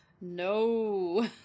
No